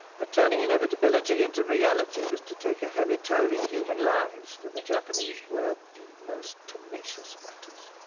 but turning inevitability into reality was to take a heavy toll in human lives, for the japanese were the most tenacious fighters.